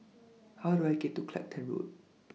How Do I get to Clacton Road